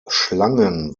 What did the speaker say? schlangen